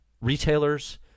retailers